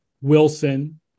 Wilson